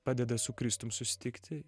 padeda su kristum susitikti